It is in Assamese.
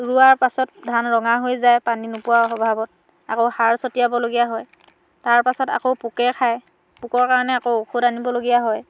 ৰোৱাৰ পাছত ধান ৰঙা হৈ যায় পানী নোপোৱাৰ অভাৱত আকৌ সাৰ ছটিয়াবলগীয়া হয় তাৰপাছত আকৌ পোকে খায় পোকৰ কাৰণে আকৌ ঔষধ আনিবলগীয়া হয়